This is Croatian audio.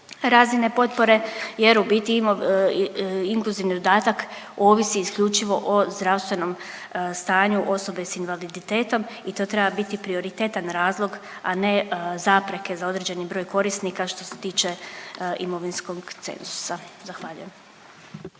razine potpore jer u biti inkluzivni dodatak ovisi isključivo o zdravstvenom stanju osobe s invaliditetom i to treba biti prioritetan razlog, a ne zapreke za određeni broj korisnika što se tiče imovinskog cenzusa, zahvaljujem.